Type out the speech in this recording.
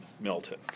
Milton